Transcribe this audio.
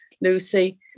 Lucy